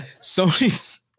sony's